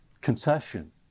concession